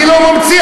אני לא ממציא.